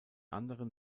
anderen